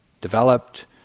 developed